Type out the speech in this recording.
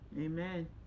Amen